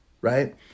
right